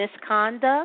Misconduct